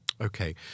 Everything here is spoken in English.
Okay